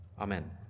Amen